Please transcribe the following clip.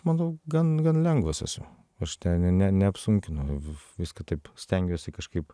manau gan gan lengvas esu aš ten ne neapsunkinu viską taip stengiuosi kažkaip